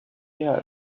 wir